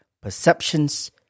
perceptions